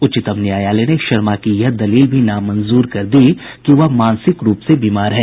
उच्चतम न्यायालय ने शर्मा की यह दलील भी नामंजूर कर दी कि वह मानसिक रूप से बीमार है